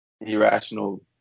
irrational